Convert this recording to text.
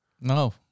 No